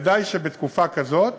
ודאי שבתקופה כזאת